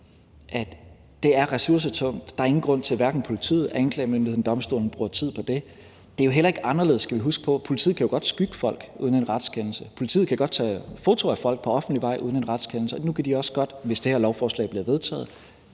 at det er ressourcetungt. Der er ingen grund til, at hverken politiet, anklagemyndigheden eller domstolene bruger tid på det. Vi skal huske på, at politiet jo godt må skygge folk uden en retskendelse. Politiet må godt tage foto af folk på offentlig vej uden en retskendelse. Det er jo ikke anderledes end det. Og nu må de også godt, hvis det her lovforslag bliver vedtaget,